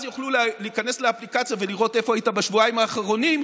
אז יוכלו להיכנס לאפליקציה ולראות איפה היית בשבועיים האחרונים,